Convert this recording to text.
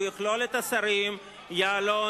והוא יכלול את השרים יעלון,